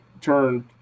turned